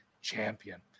champion